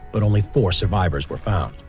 but only four survivors were found